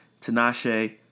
tinashe